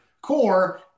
core